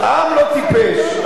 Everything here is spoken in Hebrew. ססמאות, ססמאות.